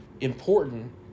important